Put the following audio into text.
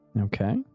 Okay